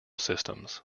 systems